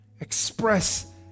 express